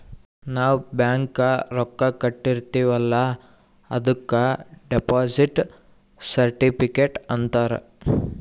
ನಾವ್ ಬ್ಯಾಂಕ್ಗ ರೊಕ್ಕಾ ಕಟ್ಟಿರ್ತಿವಿ ಅಲ್ಲ ಅದುಕ್ ಡೆಪೋಸಿಟ್ ಸರ್ಟಿಫಿಕೇಟ್ ಅಂತಾರ್